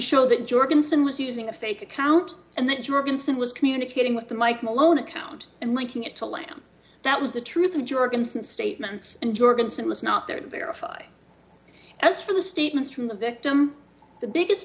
show that jorgensen was using a fake account and that jorgensen was communicating with the mike malone account and linking it to lana that was the truth of jorgenson statements and jorgensen was not there to verify as for the statements from the victim the biggest